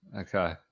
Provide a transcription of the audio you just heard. Okay